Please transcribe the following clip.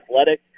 athletic